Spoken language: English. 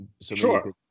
Sure